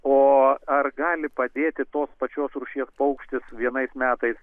o ar gali padėti tos pačios rūšies paukštis vienais metais